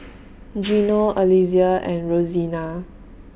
Gino Alesia and Rosena